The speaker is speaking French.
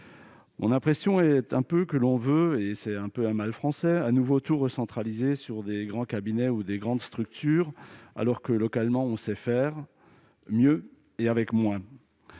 Mon impression est que l'on veut, et c'est un peu un mal français, de nouveau tout recentraliser autour de grands cabinets ou de grandes structures, alors que, localement, on sait faire mieux et avec moins.